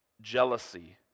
jealousy